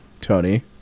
Tony